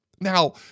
Now